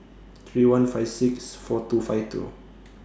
three one five six four two five two